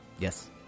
Yes